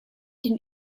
den